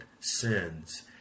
sins